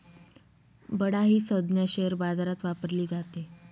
बडा ही संज्ञा शेअर बाजारात वापरली जाते